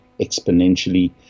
exponentially